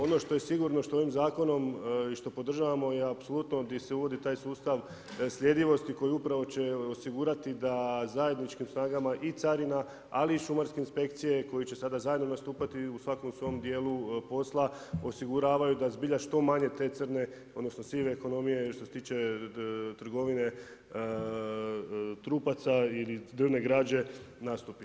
Ono što je sigurno što ovim zakonom i što podržavamo je apsolutno gdje se uvodi taj sustav sljedivosti koji upravo će osigurati da zajedničkim snagama i carina ali i šumarske inspekcije koje će sada zajedno nastupati svatko u svom dijelu posla osiguravaju da zbilja što manje te crne, odnosno sive ekonomije što se tiče trgovine trupaca i drvne građe nastupi.